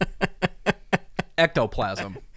Ectoplasm